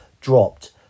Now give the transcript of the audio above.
dropped